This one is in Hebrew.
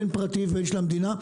בין פרטי ובין של המדינה,